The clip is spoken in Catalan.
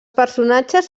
personatges